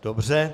Dobře.